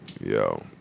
Yo